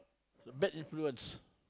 the bad influence